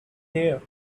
there